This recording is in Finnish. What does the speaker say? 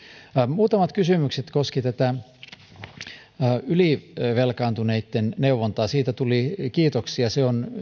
muutamat kysymykset koskivat ylivelkaantuneitten neuvontaa siitä tuli kiitoksia se on